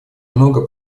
многое